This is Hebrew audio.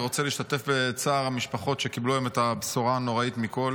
אני רוצה להשתתף בצער המשפחות שקיבלו היום את הבשורה הנוראית מכול